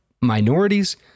minorities